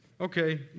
Okay